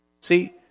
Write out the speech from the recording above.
See